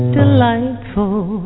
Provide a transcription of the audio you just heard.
delightful